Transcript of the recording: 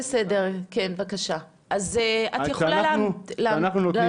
אנחנו נותנים